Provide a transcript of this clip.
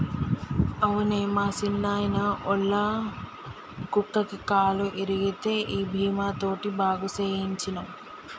అవునే మా సిన్నాయిన, ఒళ్ళ కుక్కకి కాలు ఇరిగితే ఈ బీమా తోటి బాగు సేయించ్చినం